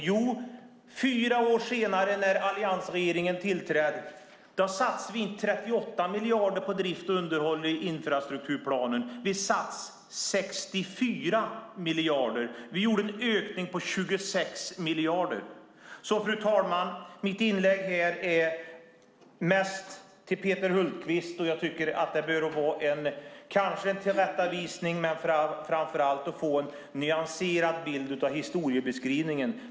Jo, fyra år senare, när alliansregeringen tillträdde, satsade vi inte 38 miljarder på drift och underhåll i infrastrukturplanen. Vi satsade 64 miljarder. Vi gjorde en ökning på 26 miljarder. Fru talman! Mitt inlägg är mest riktat till Peter Hultqvist. Det bör kanske vara en tillrättavisning. Men framför allt handlar det om att få en nyanserad bild av historiebeskrivningen.